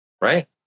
Right